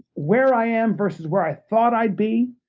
where i am versus where i thought i'd be.